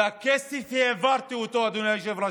הכסף, העברתי אותו, אדוני היושב-ראש.